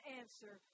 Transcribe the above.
answer